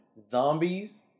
Zombies